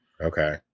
okay